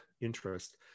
interest